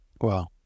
Wow